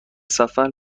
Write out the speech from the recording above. سفر